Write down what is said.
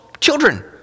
children